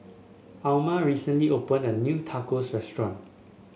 Almyra recently opened a new Tacos Restaurant